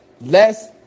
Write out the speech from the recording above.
less